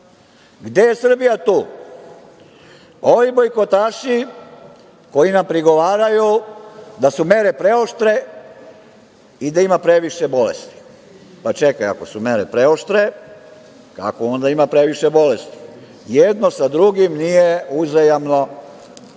Gde je tu Srbija? Ovi bojkotaši koji nam prigovaraju da su mere preoštre i da ime previše bolesti. Pa, čekaj, ako su mere preoštre kako onda ima previše bolesti? Jedno sa drugim uzajamno